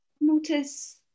notice